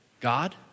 God